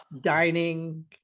dining